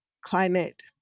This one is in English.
climate